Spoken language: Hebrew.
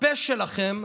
הפה שלכם,